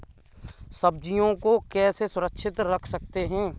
सब्जियों को कैसे सुरक्षित रख सकते हैं?